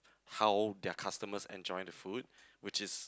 how their customers enjoy the food which is